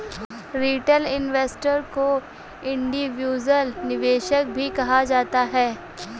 retail investor को individual निवेशक भी कहा जाता है